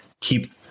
keep